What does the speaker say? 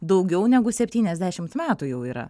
daugiau negu septyniasdešimt metų jau yra